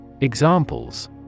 Examples